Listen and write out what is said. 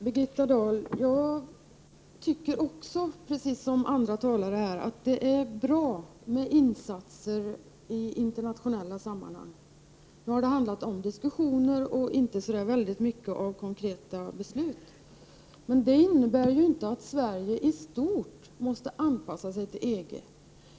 Herr talman! Jag tycker, Birgitta Dahl, precis som andra talare här att det är bra med insatser i internationella sammanhang. Det har handlat om diskussioner och inte så mycket om konkreta beslut. Men det innebär inte att Sverige i stort måste anpassa sig till EG.